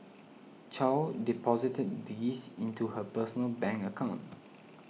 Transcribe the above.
Chow deposited these into her personal bank account